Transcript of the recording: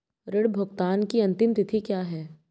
ऋण भुगतान की अंतिम तिथि क्या है?